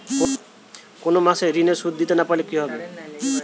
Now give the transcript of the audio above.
কোন মাস এ ঋণের সুধ দিতে না পারলে কি হবে?